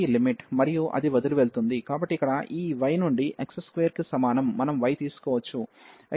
మరియు అది వదిలివెళ్తుంది కాబట్టి ఇక్కడ ఈ y నుండి x స్క్వేర్ కి సమానం మనం y తీసుకోవచ్చు x అనేది y కి సమానం